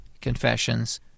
confessions